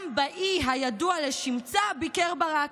גם באי הידוע לשמצה ביקר ברק.